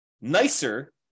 nicer